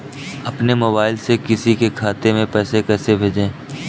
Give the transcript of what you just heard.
अपने मोबाइल से किसी के खाते में पैसे कैसे भेजें?